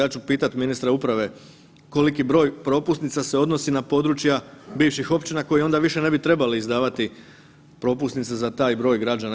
Ja ću pitati ministra uprave koliki broj propusnica se odnosi na područja bivših općina koje onda više ne bi trebali izdavati propusnice za taj broj građana.